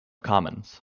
commons